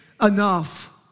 enough